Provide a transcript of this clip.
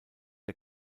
der